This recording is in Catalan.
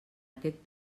aquest